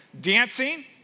dancing